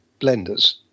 blenders